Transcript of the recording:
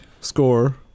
score